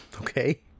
Okay